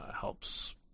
helps